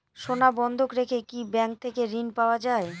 সোনা বন্ধক রেখে কি ব্যাংক থেকে ঋণ পাওয়া য়ায়?